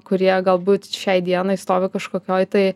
kurie galbūt šiai dienai stovi kažkokioj tai